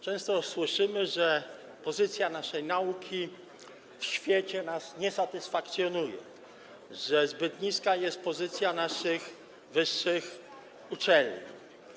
Często słyszymy, że pozycja naszej nauki w świecie nas nie satysfakcjonuje, że zbyt niska jest pozycja naszych wyższych uczelni.